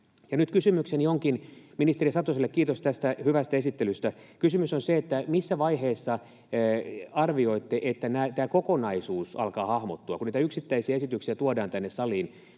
nyt kysymykseni onkin ministeri Satoselle. Kiitos tästä hyvästä esittelystä. Kysymys on se, että missä vaiheessa arvioitte, että tämä kokonaisuus alkaa hahmottua. Kun niitä yksittäisiä esityksiä tuodaan tänne saliin,